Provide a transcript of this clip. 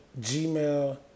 Gmail